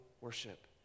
worship